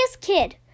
kid